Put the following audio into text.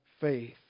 faith